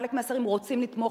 חלק מהשרים רוצים לתמוך.